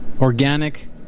organic